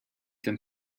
than